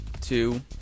two